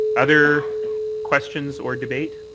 other questions or debate?